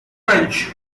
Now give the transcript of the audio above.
crunch